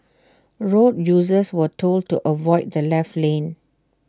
road users were told to avoid the left lane